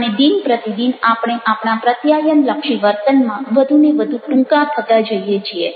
અને દિનપ્રતિદિન આપણે આપણા પ્રત્યાયનલક્ષી વર્તનમાં વધુને વધુ ટૂંકા થતા જઈએ છીએ